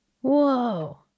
Whoa